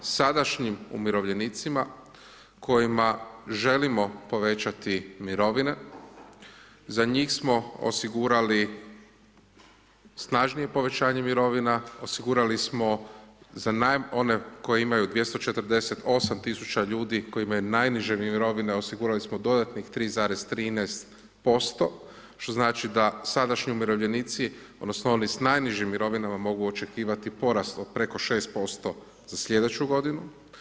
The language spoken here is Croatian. Sadašnjim umirovljenicima, kojima želimo povećati mirovine, za njih smo osigurali snažnije povećanje mirovina, osigurali smo za one koji imaju 248000 ljudi kojima je najniže mirovine, osigurali smo dodatnih 3,13%, što znači da sadašnji umirovljenici odnosno oni sa najnižim mirovinama mogu očekivat porast od preko 6% za sljedeću godinu.